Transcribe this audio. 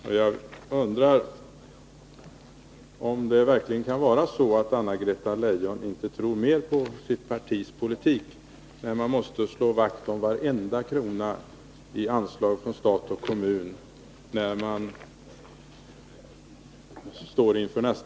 Tror Anna-Greta Leijon verkligen inte mer på sitt partis politik än att hon måste slå vakt om varje tänkbar krona i anslag från stat och kommun inför nästa års valrörelse?